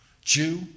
Jew